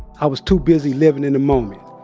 i was too busy living in the moment.